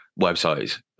websites